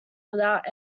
without